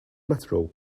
metro